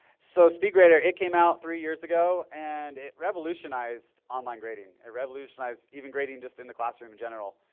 so speed grader it came out three years ago and it revolutionized online grading. it revolutionized even grading just in the classroom in general.